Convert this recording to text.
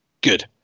Good